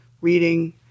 reading